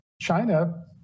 China